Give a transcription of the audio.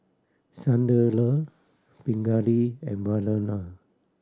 Sunderlal Pingali and Vandana